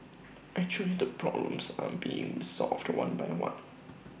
actually the problems are being resolved one by one